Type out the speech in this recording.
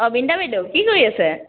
অঁ বিনিতা বাইদেউ কি কৰি আছে